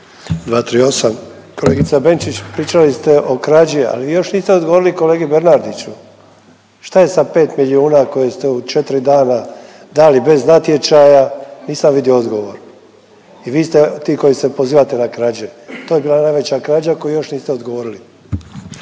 238., kolegica Benčić pričali ste o krađi, ali još niste odgovorili kolegi Bernardiću, šta je sa 5 milijuna koje ste u 4 dana dali bez natječaja, nisam vidio odgovor i vi ste ti koji se pozivate na krađe. To je bila najveća krađa koju još niste odgovorili.